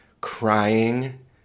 crying